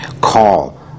Call